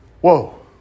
Whoa